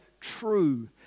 true